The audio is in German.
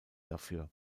dafür